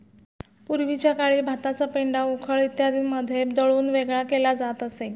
पूर्वीच्या काळी भाताचा पेंढा उखळ इत्यादींमध्ये दळून वेगळा केला जात असे